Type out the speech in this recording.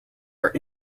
are